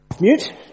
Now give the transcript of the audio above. Mute